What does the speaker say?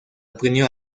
aprendió